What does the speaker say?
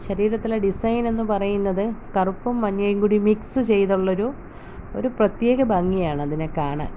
ശരീരത്തിലെ ഡിസൈൻ എന്ന് പറയുന്നത് കറുപ്പും മഞ്ഞയും കൂടി മിക്സ് ചെയ്തുള്ളൊരു ഒരു പ്രത്യേക ഭംഗിയാണതിനെ കാണാൻ